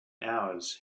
hours